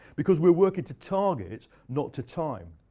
because we work at a target, not to time.